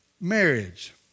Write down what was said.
marriage